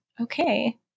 Okay